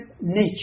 nature